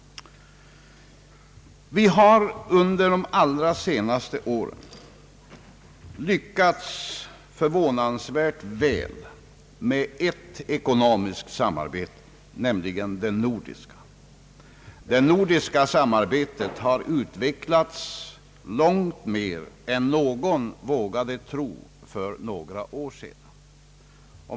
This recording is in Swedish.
Vi har under de allra senaste åren lyckats förvånansvärt väl med ett ekonomiskt samarbete, nämligen det nordiska. Det nordiska samarbetet har utvecklats långt mer än någon vågade tro för några år sedan.